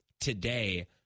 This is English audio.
today